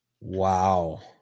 Wow